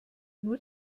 nur